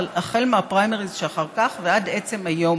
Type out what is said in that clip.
החל מהפריימריז שאחר כך ועד עצם היום